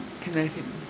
connecting